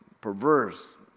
perverse